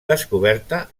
descoberta